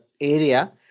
area